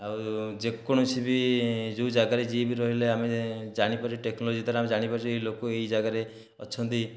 ଆଉ ଯେକୌଣସି ବି ଯେଉଁ ଜାଗାରେ ଯିଏ ବି ରହିଲେ ଆମେ ଜାଣିପାରୁଛୁ ଟେକ୍ନୋଲୋଜି ଦ୍ୱାରା ଜାଣିପାରୁଛେ ଏଇ ଲୋକ ଏଇ ଜାଗାରେ ଅଛନ୍ତି